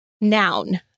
Noun